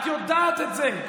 את יודעת את זה.